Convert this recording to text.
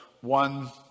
one